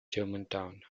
germantown